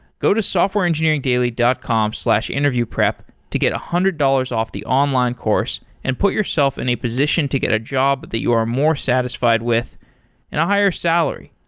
go to softwareengineeringdailya dot com slash interviewprep to get one hundred dollars off the online course and put yourself in a position to get a job that you are more satisfied with, and a higher salary.